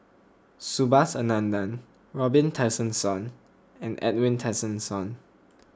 Subhas Anandan Robin Tessensohn and Edwin Tessensohn